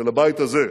של הבית הזה,